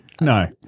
no